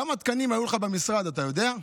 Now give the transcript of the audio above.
כמה תקנים היו לך במשרד, אתה יודע?